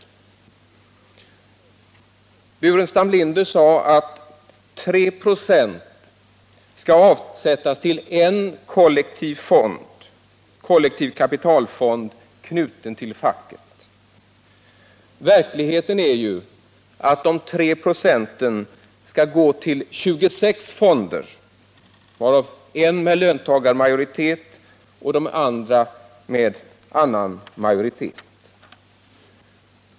Staffan Burenstam Linder sade att 3 96 skall avsättas till en kollektiv kapitalfond knuten till facket. Verkligheten är ju den att de 3 procenten skall gå till 26 fonder, varav en med löntagarmajoritet och de andra med annan majoritet.